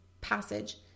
passage